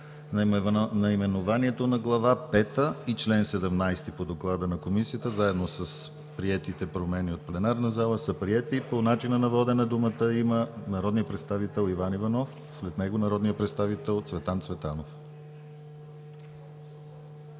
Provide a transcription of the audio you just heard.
Наименованието на Глава пета и чл. 17 по доклада на Комисията, заедно с приетите промени от пленарна зала, са приети. По начина на водене думата има народният представител Иван Иванов, след него народният представител Цветан Цветанов.